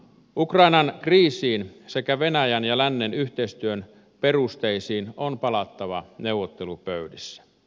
ukrainan kriisiin sekä venäjän ja lännen yhteistyön perusteisiin on palattava neuvottelupöydissä